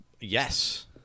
yes